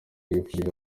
yifurije